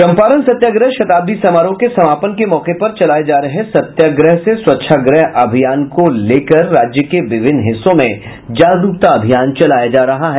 चम्पारण सत्याग्रह शताब्दी समारोह के समापन के मौके पर चलाये जा रहे सत्याग्रह से स्वच्छाग्रह अभियान को लेकर राज्य के विभिन्न हिस्सों में जागरूकता अभियान चलाया जा रहा है